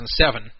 2007